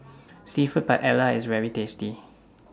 Seafood Paella IS very tasty